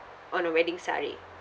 on a wedding saree